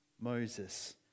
Moses